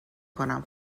کنم